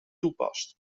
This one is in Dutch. toepast